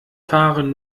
fahren